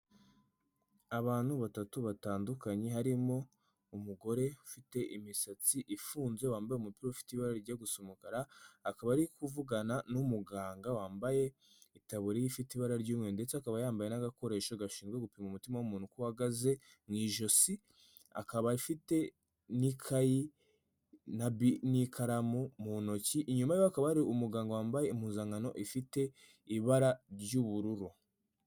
Abantu batatu batandukanye harimo umugore ufite imisatsi ifunze wambaye umupira ufite ibara rijya gusa umukara. Akaba arikuvugana n'umuganga wambaye itaburiya ifite ibara ry'umweru ndetse akaba yambaye n'agakoresho gashinzwe gupima umutima w'umuntu uko uhagaze mu ijosi, akaba afite n'ikayi n'ikaramu mu ntoki. Inyuma yiwe hakaba hari umuganga wambaye impuzankano ifite ibara ry'ubururu.